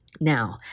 Now